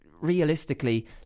realistically